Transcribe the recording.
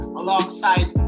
alongside